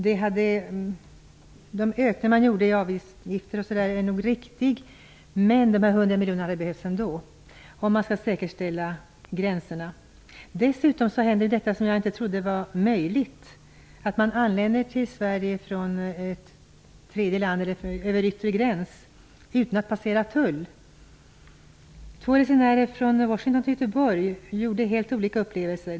De ökningar som man gjorde av avgifter och liknande är nog riktig, men det innebär att de 100 miljonerna hade behövts ändå, om vi skall kunna säkerställa gränserna. Dessutom hände det som jag inte trodde var möjligt, nämligen att man kan anlända till Sverige över yttre gräns utan att passera tull. Två resenärer från Washington till Göteborg gjorde två helt olika upplevelser.